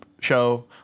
Show